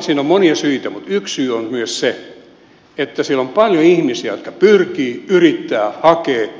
siihen on monia syitä mutta yksi syy on myös se että siellä on paljon ihmisiä jotka pyrkivät yrittävät hakevat